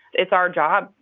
it's our job.